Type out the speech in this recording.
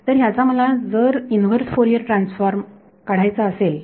तर ह्याचा मला जर इनव्हर्स फोरियर ट्रान्सफॉर्म काढायचा असेल